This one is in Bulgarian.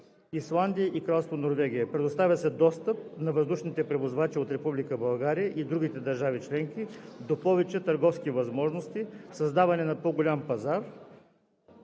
Исландия и Кралство Норвегия. Предоставя се достъп на въздушните превозвачи от Република България и другите държави членки до повече търговски възможности, създава се по-голям пазар